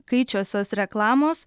kaičiosios reklamos